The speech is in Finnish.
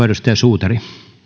edustaja suutari